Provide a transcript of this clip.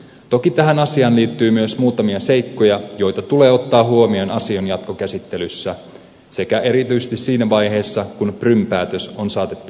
toki tähän asiaan liittyy myös muutamia seikkoja joita tulee ottaa huomioon asian jatkokäsittelyssä sekä erityisesti siinä vaiheessa kun prum päätös on saatettu voimaan